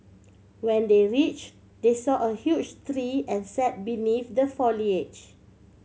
when they reach they saw a huge tree and sat beneath the foliage